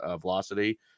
velocity